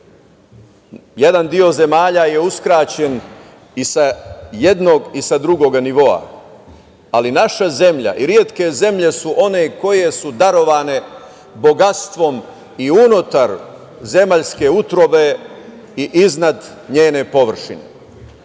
Jedan deo zemalja je uskraćen i sa jednog i sa drugoga nivoa, ali naša zemlja i retke zemlje su one koje su darovane bogatstvom i unutar zemaljske utrobe i iznad njene površine